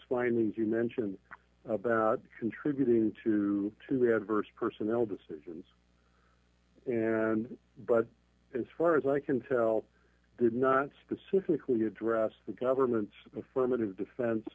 findings you mentioned about contributing to two adverse personnel decisions and but as far as i can tell did not specifically address the government's affirmative